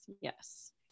Yes